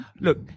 Look